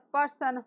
person